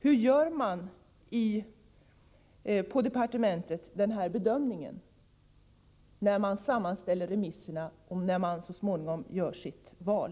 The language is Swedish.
Hur gör man på departementet när man sammanställer och bedömer remissyttrandena och så småningom gör sitt val?